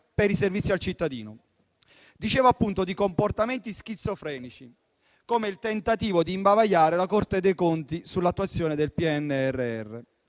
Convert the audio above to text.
dei servizi al cittadino. Ho parlato di comportamenti schizofrenici, come il tentativo di imbavagliare la Corte dei conti sull'attuazione del PNRR: